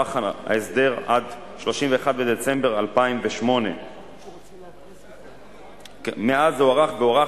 הוארך ההסדר עד 31 בדצמבר 2008. מאז הוא הוארך והוארך